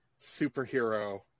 superhero